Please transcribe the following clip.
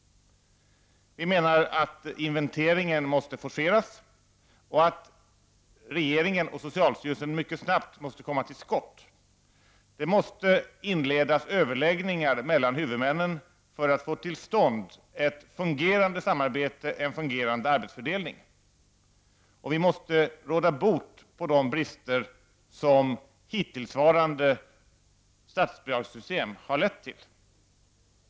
Inventeringen måste forceras. Regeringen och socialstyrelsen måste mycket snabbt komma till skott. Överläggningar mellan huvudmännen måste inledas för att man skall få till stånd ett fungerande samarbete och en fungerande arbetsfördelning. Man måste råda bot på de brister som hittillsvarande statsbidragssystem har lett till.